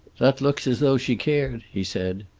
that looks as though she cared! he said.